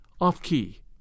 off-key